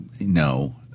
No